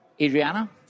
Adriana